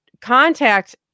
contact